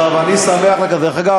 דרך אגב,